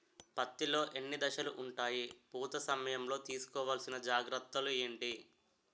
పత్తి లో ఎన్ని దశలు ఉంటాయి? పూత సమయం లో తీసుకోవల్సిన జాగ్రత్తలు ఏంటి?